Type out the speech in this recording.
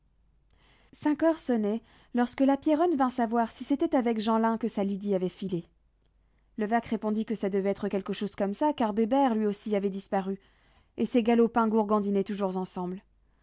cinq heures sonnaient lorsque la pierronne vint savoir si c'était avec jeanlin que sa lydie avait filé levaque répondit que ça devait être quelque chose comme ça car bébert lui aussi avait disparu et ces galopins gourgandinaient toujours ensemble